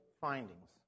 findings